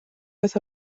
oedd